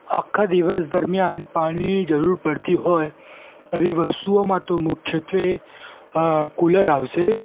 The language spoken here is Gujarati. આખા દિવસ દરમ્યાન પાણીની જરૂર પડતી હોય એવી વસ્તુઓમાં તો મુખ્યત્ત્વે કુલર આવશે